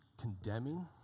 condemning